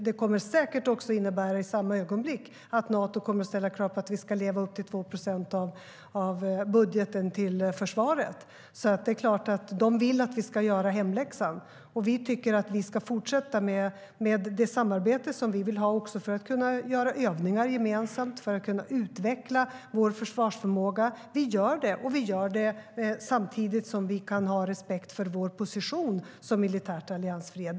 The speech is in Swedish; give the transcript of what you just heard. Det skulle säkert också att innebära att Nato i samma ögonblick skulle ställa krav på att vi ska leva upp till 2 procent av budgeten till försvaret. Det är klart att de vill att vi ska göra hemläxan. Vi tycker att vi ska fortsätta med det samarbete som vi vill ha också för att kunna göra övningar gemensamt och kunna utveckla vår försvarsförmåga. Vi gör det, och vi gör det samtidigt som vi kan ha respekt för vår position som militärt alliansfria.